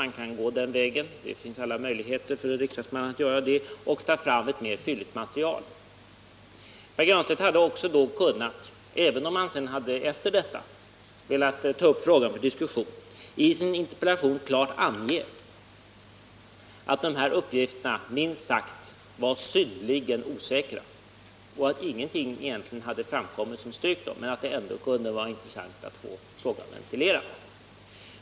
Man kan gå den vägen — det finns alla möjligheter för en riksdagsman att göra det — och ta fram ett mer fylligt material. Pär Granstedt hade då, om han även efter detta hade velat ta upp frågan till diskussion, i sin interpellation klart kunnat ange att dessa uppgifter minst sagt var synnerligen osäkra och att ingenting egentligen hade framkommit som styrkt dem, men att det likväl kunde vara intressant att få frågan ventilerad.